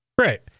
Right